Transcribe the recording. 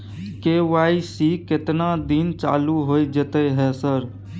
KYC केतना दिन चालू होय जेतै है सर?